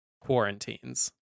quarantines